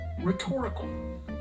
rhetorical